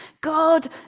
God